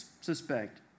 suspect